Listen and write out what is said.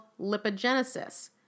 lipogenesis